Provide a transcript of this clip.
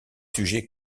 sujets